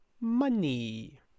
money